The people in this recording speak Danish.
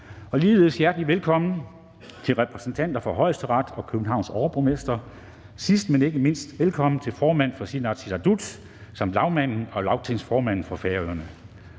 Ligeledes hjertelig velkommen til repræsentanterne for Højesteret og til Københavns overborgmester. Sidst, men ikke mindst, velkommen til formanden for Inatsisartut samt lagmanden og Lagtingets formand fra Færøerne.